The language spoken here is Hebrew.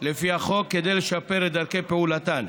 לפי החוק כדי לשפר את דרכי פעולתן,